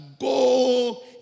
go